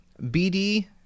BD